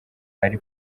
ari